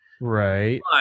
Right